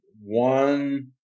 one